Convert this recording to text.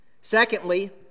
Secondly